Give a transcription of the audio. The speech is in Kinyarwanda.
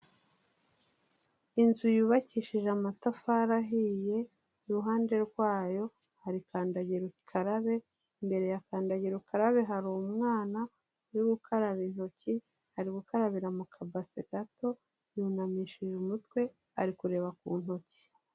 Inzu yubakishije amatafari ahiye iruhande rwa yo hari kandagira ukarabe, imbere ya kandagira ukararabe hari umwana uri gukaraba intoki ari gukarabira mu kabase gato yunamishije umutwe ari kureba ku ntoki.